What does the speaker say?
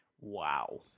wow